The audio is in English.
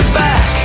back